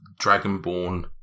Dragonborn